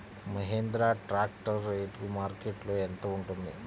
Mahindra tractor rate మార్కెట్లో యెంత ఉంటుంది?